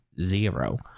zero